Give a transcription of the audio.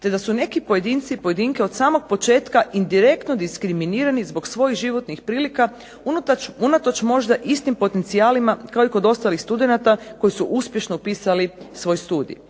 te da su neki pojedinci i pojedinke od samog početka indirektno diskriminirani zbog svojih životnih prilika unatoč možda istim potencijalima kao i kod ostalih studenata koji su uspješno upisali svoj studij.